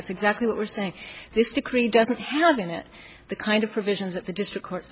that's exactly what we're saying this decree doesn't have in it the kind of provisions that the district court